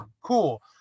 cool